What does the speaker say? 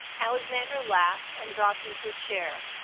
alexander laughed and dropped into a chair.